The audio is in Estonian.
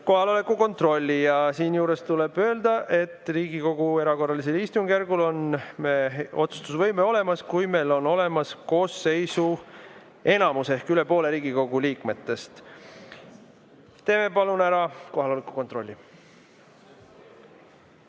kohaloleku kontrolli. Siinjuures tuleb öelda, et Riigikogu erakorralisel istungjärgul on meil otsustusvõime olemas, kui meil on olemas koosseisu enamus ehk üle poole Riigikogu liikmetest. Teeme palun ära kohaloleku kontrolli.